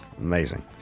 Amazing